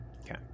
Okay